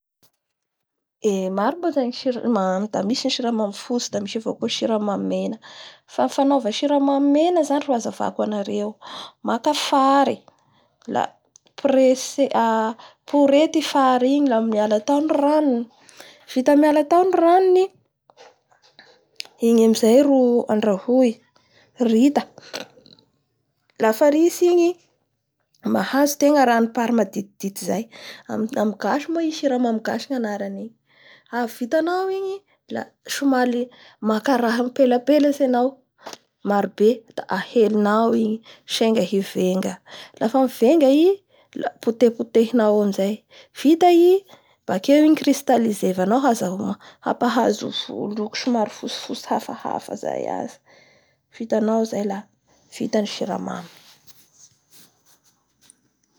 Eee maro moa zay ny siramamy da misy ny siramamy fotsy da misy avao koa ny siramamay mena, fa ny fanaova siramamy mena zany ro hazavaiakoa nareo. Maka fary da pres-porety a miala tao ny ranony vita miaa tao ny ranony, igny amizay ro andrahoy, rita, lafa ritsy igny, mahazo tegna ranopary madididty zay, amin'ny gasy moa i siramamy gasy ny anaran'iny, avy vitanao igny, a somary maka raha mpilapelatsy anao maro be da aheinao igny, segna hivenga, lafa hivenga i la motepotehinao amizay, vita i bakeo igny cristaisenao hasahoana'hampahazo loko somary fotsifotsy hyafahafa zay azy, vitanao zay la vita ny siramamy.